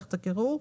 מערכת הקירור.